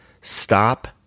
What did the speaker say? stop